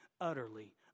utterly